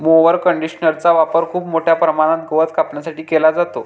mower कंडिशनरचा वापर खूप मोठ्या प्रमाणात गवत कापण्यासाठी केला जातो